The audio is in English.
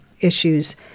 issues